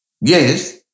Yes